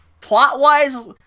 plot-wise